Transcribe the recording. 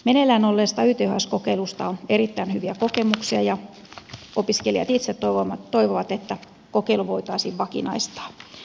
meneillään olevasta yths kokeilusta on erittäin hyviä kokemuksia ja opiskelijat itse toivovat että kokeilu voitaisiin vakinaistaa